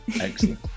Excellent